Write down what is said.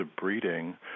breeding